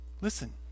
Listen